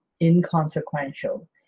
inconsequential